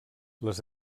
les